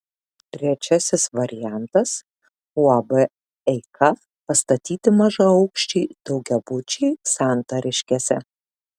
trečiasis variantas uab eika pastatyti mažaaukščiai daugiabučiai santariškėse